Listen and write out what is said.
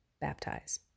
baptize